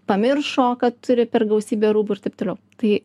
pamiršo kad turi per gausybę rūbų ir taip toliau tai